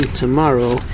tomorrow